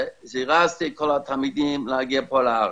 שזירזתי את כל התלמידים להגיע פה לארץ.